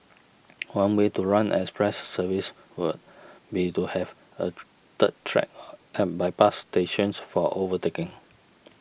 one way to run an express service would be to have a third track at bypass stations for overtaking